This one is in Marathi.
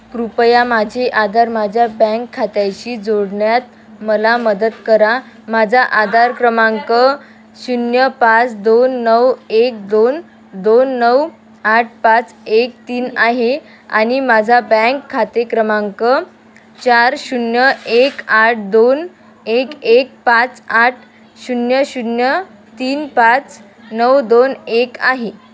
कृपया माझे आधार माझ्या बँक खात्याशी जोडण्यात मला मदत करा माझा आधार क्रमांक शून्य पाच दोन नऊ एक दोन दोन नऊ आठ पाच एक तीन आहे आणि माझा बँक खाते क्रमांक चार शून्य एक आठ दोन एक एक पाच आठ शून्य शून्य तीन पाच नऊ दोन एक आहे